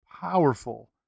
powerful